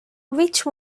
which